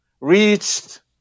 reached